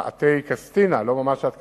פאתי קסטינה, לא ממש עד קסטינה,